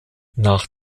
nach